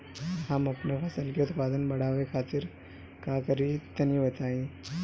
हम अपने फसल के उत्पादन बड़ावे खातिर का करी टनी बताई?